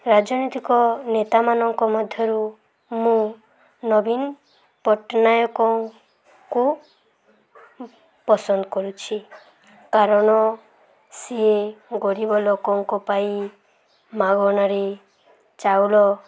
ରାଜନୈତିକ ନେତାମାନଙ୍କ ମଧ୍ୟରୁ ମୁଁ ନବୀନ ପଟ୍ଟନାୟକଙ୍କୁ ପସନ୍ଦ କରୁଛି କାରଣ ସିଏ ଗରିବ ଲୋକଙ୍କ ପାଇଁ ମାଗଣାରେ ଚାଉଳ